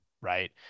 right